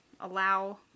Allow